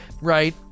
right